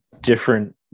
different